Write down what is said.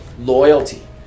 Loyalty